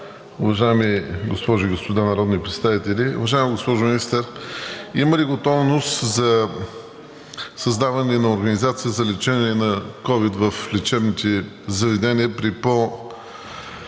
уважаеми госпожи и господа народни представители! Уважаема госпожо Министър, има ли готовност за създаване на организация за лечение на ковид в лечебните заведения при по-сериозен